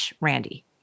Randy